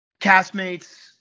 castmates